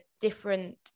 different